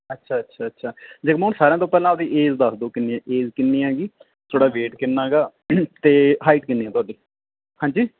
ਅੱਛਾ ਅੱਛਾ ਅੱਛਾ ਜਗਮੋਹਨ ਸਾਰਿਆਂ ਤੋਂ ਪਹਿਲਾਂ ਆਪਣੀ ਏਜ ਦੱਸ ਦਿਓ ਕਿੰਨੀ ਆ ਏਜ ਕਿੰਨੀ ਹੈਗੀ ਤੁਹਾਡਾ ਵੇਟ ਕਿੰਨਾ ਗਾ ਅਤੇ ਹਾਈਟ ਕਿੰਨੀ ਆ ਤੁਹਾਡੀ ਹਾਂਜੀ